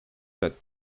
that